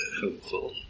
helpful